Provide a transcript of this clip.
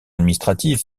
administrative